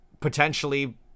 potentially